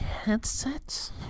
headset